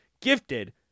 gifted